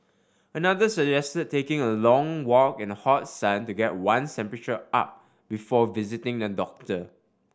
another suggested taking a long walk in the hot sun to get one's temperature up before visiting the doctor